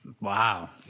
Wow